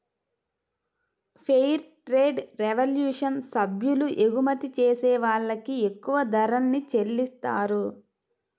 fair trade revolution సభ్యులు ఎగుమతి చేసే వాళ్ళకి ఎక్కువ ధరల్ని చెల్లిత్తారు